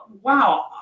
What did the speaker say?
wow